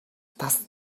тас